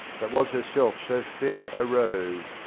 that was herself so fair a rose,